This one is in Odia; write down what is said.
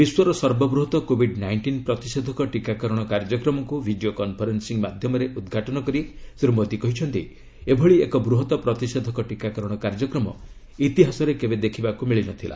ବିଶ୍ୱର ସର୍ବବୃହତ୍ କୋବିଡ୍ ନାଇଷ୍ଟିନ୍ ପ୍ରତିଷେଧକ ଟିକାକରଣ କାର୍ଯ୍ୟକ୍ରମକୁ ଭିଡ଼ିଓ କନ୍ଫରେନ୍ସିଂ ମାଧ୍ୟମରେ ଉଦ୍ଘାଟନ କରି ଶ୍ରୀ ମୋଦି କହିଛନ୍ତି ଏଭଳି ଏକ ବୃହତ୍ ପ୍ରତିଷେଧକ ଟିକାକରଣ କାର୍ଯ୍ୟକ୍ରମ ଇତିହାସରେ କେବେ ଦେଖିବାକୁ ମିଳି ନ ଥିଲା